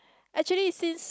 actually since